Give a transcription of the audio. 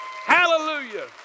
hallelujah